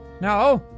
no!